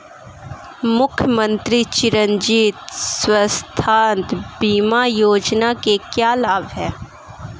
मुख्यमंत्री चिरंजी स्वास्थ्य बीमा योजना के क्या लाभ हैं?